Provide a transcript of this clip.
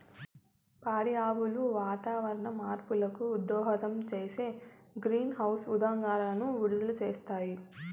పాడి ఆవులు వాతావరణ మార్పులకు దోహదం చేసే గ్రీన్హౌస్ ఉద్గారాలను విడుదల చేస్తాయి